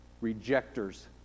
rejectors